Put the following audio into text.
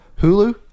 Hulu